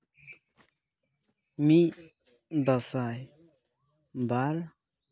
ᱢᱤᱫ ᱫᱟᱸᱥᱟᱭ ᱵᱟᱨ